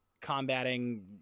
combating